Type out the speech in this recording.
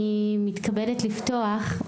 (אומרת דברים בשפת הסימנים,